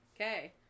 Okay